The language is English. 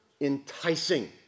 enticing